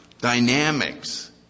dynamics